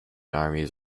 armies